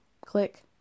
Click